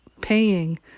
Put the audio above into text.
paying